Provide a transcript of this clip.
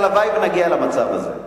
הלוואי שנגיע למצב הזה.